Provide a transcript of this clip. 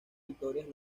victorias